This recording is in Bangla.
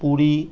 পুরী